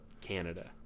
Canada